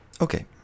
Okay